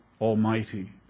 almighty